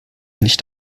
nicht